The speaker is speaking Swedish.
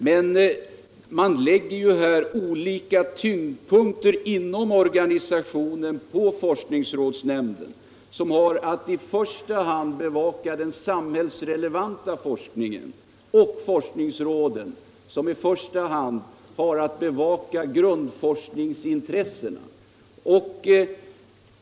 Men man lägger olika tyngdpunkter inom organisationen på forskningsrådsnämnden som har att i första hand bevaka den samhällsrelevanta forskningen och forskningsråden som i första hand har att bevaka grundforskningsintressena.